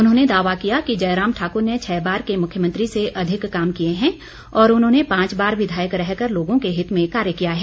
उन्होंने दावा किया कि जयराम ठाकुर ने छः बार के मुख्यमंत्री से अधिक काम किए हैं और उन्होंने पांच बार विधायक रहकर लोगों के हित में कार्य किया है